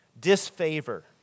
disfavor